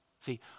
See